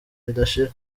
ridashira